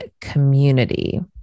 community